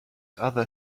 other